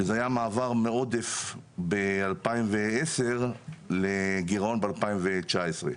שזה היה מעבר מעודף ב-2010 לגרעון ב-2019.